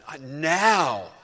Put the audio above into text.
now